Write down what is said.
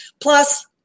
plus